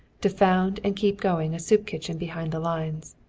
to found and keep going a soup kitchen behind the lines.